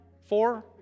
Four